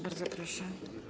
Bardzo proszę.